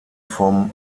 vom